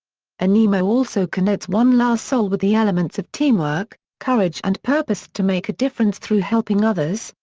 animo also connotes one la salle with the elements of teamwork, courage and purpose to make a difference through helping others,